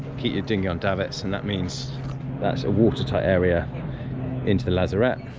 keep your dinghy on davits, and that means that's a watertight area into the lazarette,